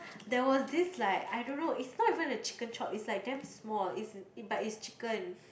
there was this like I don't know it's not even a chicken chop it's like damn small it's but is chicken